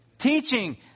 Teaching